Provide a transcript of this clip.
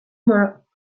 monolaborantza